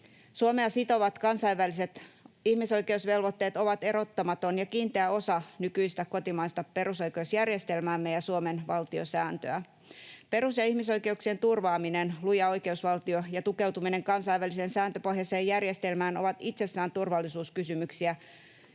Suomea sitovat kansainväliset ihmisoikeusvelvoitteet ovat erottamaton ja kiinteä osa nykyistä kotimaista perusoikeusjärjestelmäämme ja Suomen valtiosääntöä. Perus- ja ihmisoikeuksien turvaaminen, luja oikeusvaltio ja tukeutuminen kansainväliseen sääntöpohjaiseen järjestelmään ovat itsessään turvallisuuskysymyksiä,